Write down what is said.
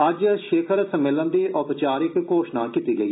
अज्ज इस शिखर सम्मेलन दी औपचारिक घोषणा कीती गेई